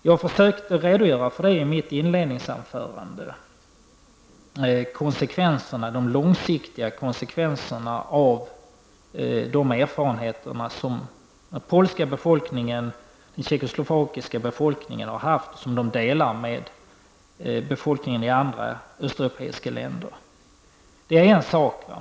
Jag försökte i mitt inledningsanförande att redogöra för de långsiktiga konsekvenserna av de erfarenheter som den polska och den tjeckoslovakiska befolkningen har haft och som de delar med befolkningen i andra östeuropeiska länder. Det är en sak.